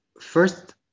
first